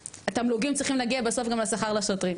התמלוגים צריכים להגיע בסוף גם לשכר לשוטרים.